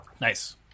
nice